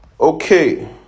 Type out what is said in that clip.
Okay